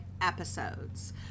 episodes